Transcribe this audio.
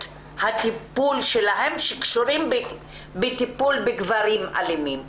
הטיפול שלהם שקשורה בטיפול בגברים אלימים.